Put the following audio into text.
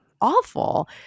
awful